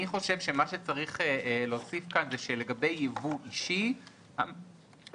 אני חושב שצריך להוסיף כאן שלגבי ייבוא אישי המערכת